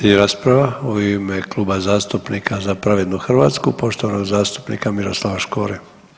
Slijedi rasprava u ime Kluba zastupnika „Za pravednu Hrvatsku“ poštovanog zastupnika Miroslava Škore.